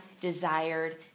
desired